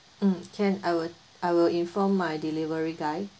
mm can I will I will inform my delivery guy